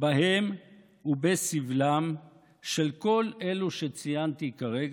בהם ובסבלם של כל אלה שציינתי כרגע,